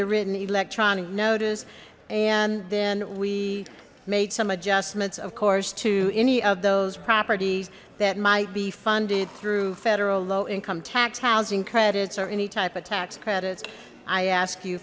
the written electronic notice and then we made some adjustments of course to any of those properties that might be funded through federal low income tax housing credits or any type of tax credits i asked you